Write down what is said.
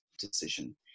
decision